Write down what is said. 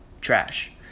trash